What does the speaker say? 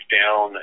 down